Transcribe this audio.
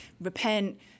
repent